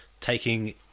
taking